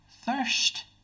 thirst